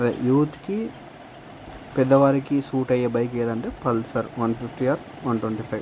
యూత్కి పెద్దవారికి సూట్ అయ్యే బైక్ ఏమిటి అంటే Pulsar one fifty R one twenty five